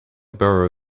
borrow